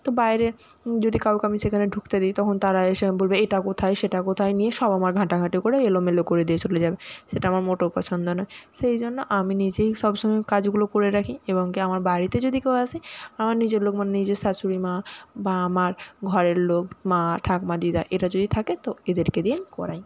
তো বাইরের যদি কাউকে আমি সেখানে ঢুকতে দিই তখন তারা এসে বলবে এটা কোথায় সেটা কোথায় নিয়ে সব আমার ঘাঁটাঘাঁটি করে এলোমেলো করে দিয়ে চলে যাবে সেটা আমার মোটেও পছন্দ নয় সেই জন্য আমি নিজেই সবসময় কাজগুলো করে রাখি এবং কি আমার বাড়িতে যদি কেউ আসে আমার নিজের লোক মানে নিজের শাশুড়ি মা বা আমার ঘরের লোক মা ঠাক্মা দিদা এরা যদি থাকে তো এদেরকে দিয়ে আমি করাই